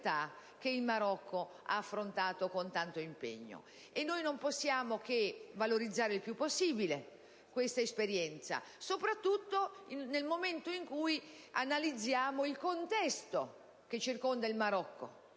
della libertà, che il Marocco ha affrontato con tanto impegno. Noi non possiamo che valorizzare il più possibile questa esperienza, soprattutto nel momento in cui analizziamo il contesto che circonda il Marocco